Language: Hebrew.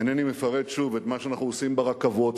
אינני מפרט שוב את מה שאנחנו עושים ברכבות,